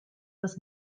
das